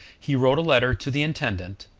he wrote a letter to the intendant,